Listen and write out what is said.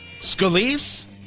Scalise